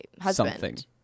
husband